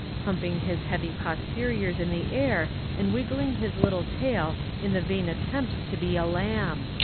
humping his heavy posteriors in the air and wiggling his little tail in the vain attempt to be a lamb.